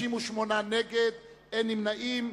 43 נגד, אין נמנעים.